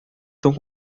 tão